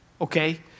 okay